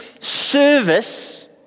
service